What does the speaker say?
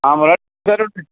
ആ